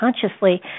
consciously